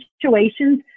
situations